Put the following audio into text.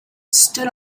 stood